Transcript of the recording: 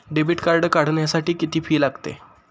Debit card काढण्यासाठी किती fee लागते?